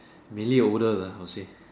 mainly older lah I'll say